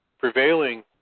prevailing